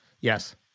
yes